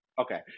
Okay